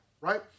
right